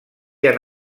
han